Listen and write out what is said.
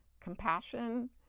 compassion